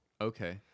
Okay